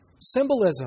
symbolism